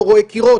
הוא לא רואה קירות,